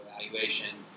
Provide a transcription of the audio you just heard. evaluation